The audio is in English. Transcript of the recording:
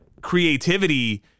creativity